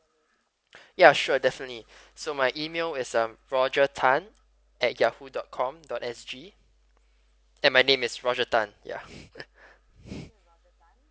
ya sure definitely so my email is uh roger tan at yahoo dot com dot S G and my name is roger tan ya